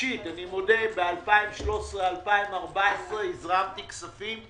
נפשית ב-2013, 2014. הזרמתי כספים,